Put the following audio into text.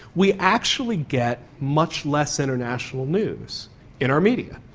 we actually get much less international news in our media.